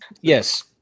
Yes